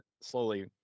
slowly